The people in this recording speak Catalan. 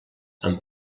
amb